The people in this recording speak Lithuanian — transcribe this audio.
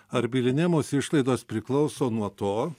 ar bylinėjimosi išlaidos priklauso nuo to